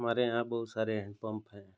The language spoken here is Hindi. हमारे यहाँ बहुत सारे हैन्डपम्प हैं